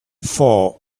for